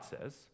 says